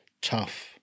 tough